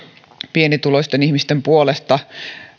pienituloisten ihmisten puolesta